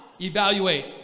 evaluate